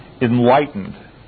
enlightened